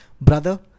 brother